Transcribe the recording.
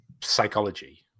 psychology